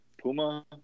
puma